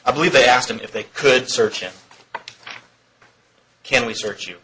i believe they asked him if they could search him can we search you